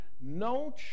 No